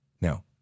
Now